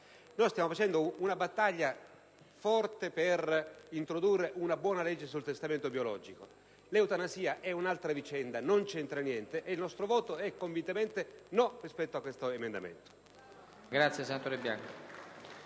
Stiamo facendo una battaglia forte per introdurre una buona legge sul testamento biologico; l'eutanasia è un'altra vicenda, non c'entra niente e il nostro voto è convintamente no rispetto all'emendamento